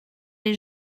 les